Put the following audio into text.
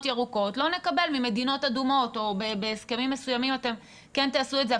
ירוקות ולא נקבל ממדינות אדומות או בהסכמים מסוימים אתם כן תעשו את זה,